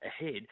ahead